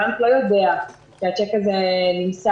הבנק לא יודע שהצ'ק הזה נמסר.